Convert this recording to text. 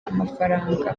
amafaranga